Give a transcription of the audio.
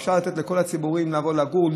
אפשר לתת לכל הציבורים לבוא לגור.